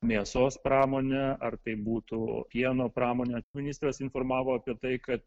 mėsos pramonė ar tai būtų pieno pramonė ministras informavo apie tai kad